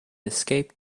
escape